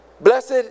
Blessed